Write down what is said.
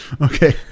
Okay